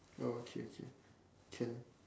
oh okay okay can